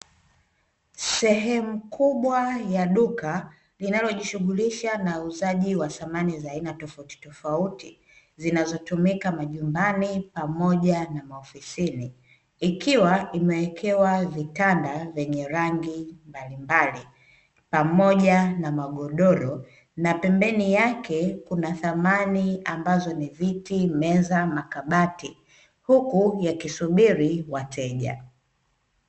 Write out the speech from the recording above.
Sehemu kubwa ya duka linalojishughulisha na uuzaji wa samani za aina tofautitofauti zinazotumika majumbani pamoja na maofisini, ikiwa imewekewa vitanda vyenye rangi mbalimbali pamoja na magodoro na pembeni yake kuna samani ambazo ni viti, meza, makabati huku yakisubiri wateja.